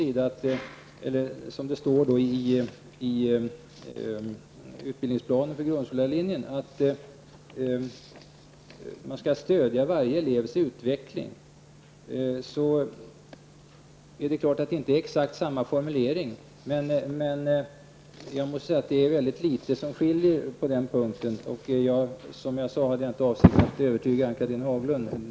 I utbildningsplanen för grundskollärarlinjen står att man skall stödja varje elevs utveckling. Det är inte exakt samma formulering, men jag måste säga att det är väldigt litet som skiljer på den punkten. Som jag sade tidigare har jag inte för avsikt att försöka övertyga Ann-Cathrine Haglund.